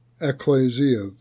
Ecclesia